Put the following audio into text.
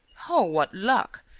oh, what luck!